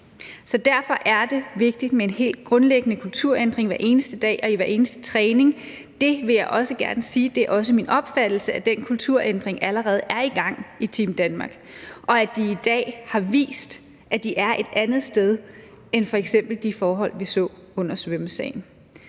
Derfor er det vigtigt med en helt grundlæggende kulturændring hver eneste dag og i hver eneste træning. Jeg vil også gerne sige, at det også er min opfattelse, at den kulturændring allerede er i gang i Team Danmark, og at de i dag har vist, at de er et andet sted, end de var med f.eks. de forhold, vi så under svømmersagen.